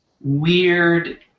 weird